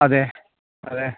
അതെ അതെ